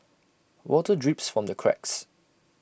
water drips from the cracks